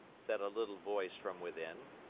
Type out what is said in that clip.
said a little voice from within.